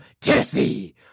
tennessee